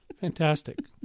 Fantastic